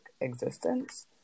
existence